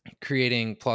creating